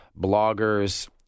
bloggers